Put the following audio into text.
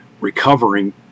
recovering